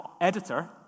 editor